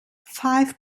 five